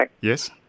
Yes